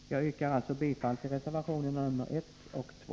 Jag yrkar bifall till reservationerna 1 och 2.